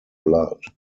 blood